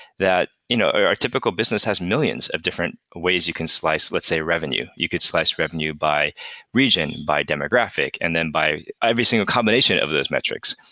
that you know a typical business has millions of different ways you can slice, let's say, revenue. you could slice revenue by region, by demographic and then by every single combination of those metrics.